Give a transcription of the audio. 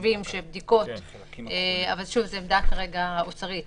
זאת עמדה של משרד האוצר,